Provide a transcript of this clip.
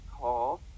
call